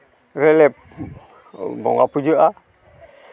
ᱨᱮᱞᱮ ᱵᱚᱸᱜᱟ ᱯᱩᱡᱟᱹᱜᱼᱟ